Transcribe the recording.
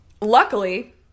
luckily